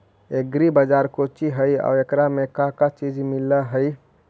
Agri बाजार कोची हई और एकरा में का का चीज मिलै हई?